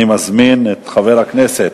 אני מזמין את חבר הכנסת